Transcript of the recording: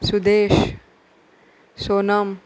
Sudesh Sonam